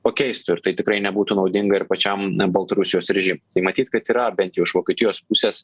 pakeistų ir tai tikrai nebūtų naudinga ir pačiam baltarusijos režimui tai matyt kad yra bent jau iš vokietijos pusės